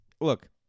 look